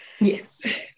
Yes